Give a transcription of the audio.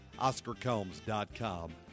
OscarCombs.com